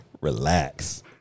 Relax